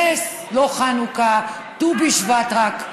נס, לא חנוכה, ט"ו בשבט רק.